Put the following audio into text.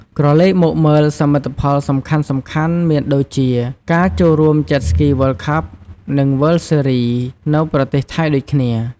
ក្រឡេកមកមើលសមិទ្ធផលសំខាន់ៗមានដូចជាការចូលរួម Jet Ski World Cup និង World Series នៅប្រទេសថៃដូចគ្នា។